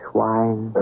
wine